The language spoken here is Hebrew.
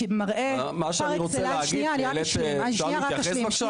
אני רק אשלים.